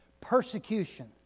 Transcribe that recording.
Persecution